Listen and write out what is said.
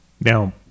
Now